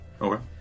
Okay